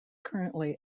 currently